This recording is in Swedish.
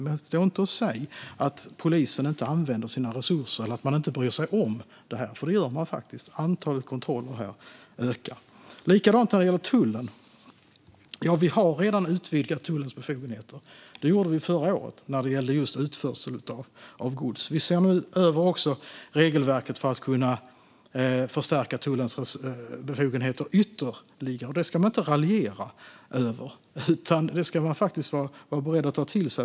Men stå inte och säg att polisen inte använder sina resurser eller att den inte bryr sig om det här, för det gör den. Antalet kontroller ökar. Det är likadant med tullen. Vi utvidgade tullens befogenheter redan förra året i fråga om utförsel av gods. Nu ser vi också över regelverket för att kunna förstärka tullens befogenheter ytterligare. Detta ska man inte raljera över, utan det ska man vara beredd att ta till sig.